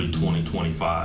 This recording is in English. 2025